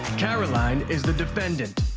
caroline is the defendant.